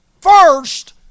first